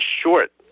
short